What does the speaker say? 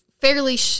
fairly